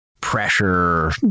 pressure